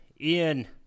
ian